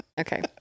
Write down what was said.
okay